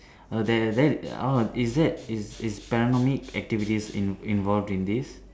err there there orh is that is is panoramic activity in~ involved in this